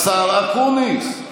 השר אקוניס.